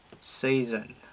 season